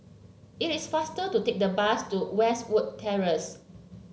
it is faster to take the bus to Westwood Terrace